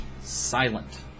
Silent